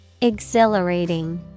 Exhilarating